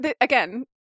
again